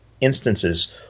instances